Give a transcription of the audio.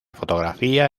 fotografía